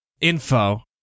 info